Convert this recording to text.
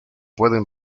pueden